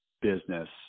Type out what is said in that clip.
business